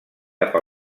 cap